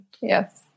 Yes